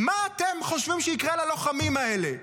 מה אתם חושבים שיקרה ללוחמים האלה?